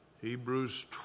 Hebrews